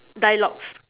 dialogues